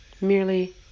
merely